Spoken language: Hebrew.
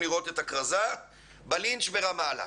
תמיכה בלינץ' ברמאללה.